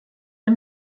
der